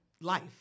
life